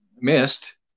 missed